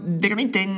veramente